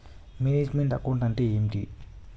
Manage meant account అంటే ఏమిటి?